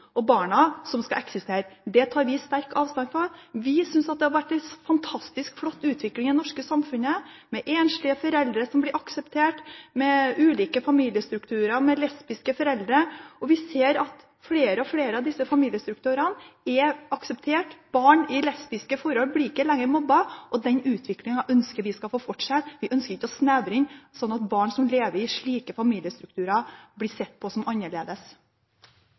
og barna, som skulle eksistere. Det tar vi sterk avstand fra. Vi synes at det har vært en fantastisk flott utvikling i det norske samfunnet, med enslige foreldre som blir akseptert, med ulike familiestrukturer, med lesbiske foreldre. Vi ser at flere og flere av disse familiestrukturene er akseptert. Barn i lesbiske forhold blir ikke lenger mobbet, og den utviklingen ønsker vi skal få fortsette. Vi ønsker ikke å snevre inn, slik at barn som lever i slike familiestrukturer, blir sett på som annerledes.